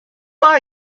are